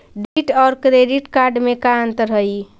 Debit और credit card में का अंतर हइ?